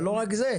אבל לא רק זה,